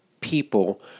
people